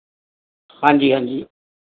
ਹਾਂਜੀ ਹਾਂਜੀ